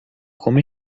come